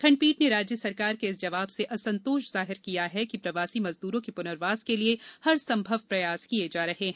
खंडपीठ ने राज्य सरकार के इस जवाब से असंतोष जाहिर किया कि प्रवासी मजदूरों के पुर्नवास के लिए हर संभव प्रयास किये जा रहे हैं